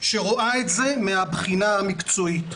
שרואה את זה מן הבחינה המקצועית.